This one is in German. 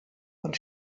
und